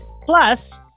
plus